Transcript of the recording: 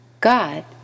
God